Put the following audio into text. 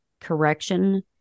correction